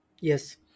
Yes